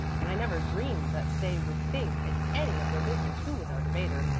and i never dreamed that they would think it any of their business who was our debater,